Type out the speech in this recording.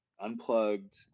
unplugged